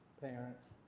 parents